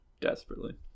Desperately